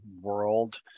world